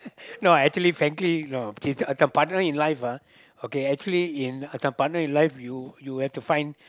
no actually frankly no okay some as the partner in life ah okay actually in as the partner in life you you have to find